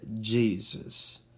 Jesus